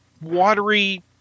watery